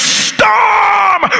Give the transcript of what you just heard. storm